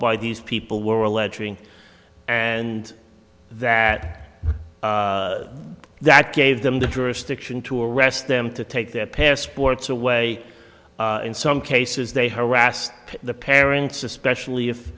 by these people were alleging and that that gave them the jurisdiction to arrest them to take their passports away in some cases they harassed the parents especially if